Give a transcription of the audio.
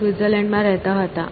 તે સ્વિટ્ઝર્લૅન્ડમાં રહેતા હતા